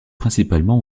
principalement